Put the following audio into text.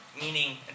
meaning